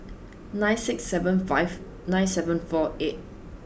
nine six seven five nine seven four eight